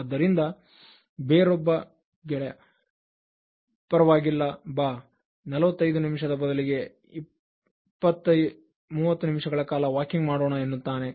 ಆದ್ದರಿಂದ ಬೇರೊಬ್ಬ ಗೆಳೆಯ ಪರವಾಗಿಲ್ಲ 45 ನಿಮಿಷದ ಬದಲಿಗೆ 30 ನಿಮಿಷಗಳ ಕಾಲ ವಾಕಿಂಗ್ ಮಾಡೋಣ ಎನ್ನುತ್ತಾನೆ